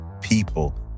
people